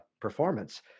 performance